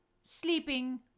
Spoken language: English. sleeping